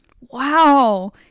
Wow